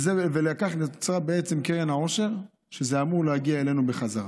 לכך נוצרה קרן העושר, זה אמור להגיע אלינו בחזרה.